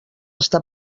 està